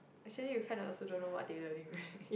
actually you kind of also don't know what they learning right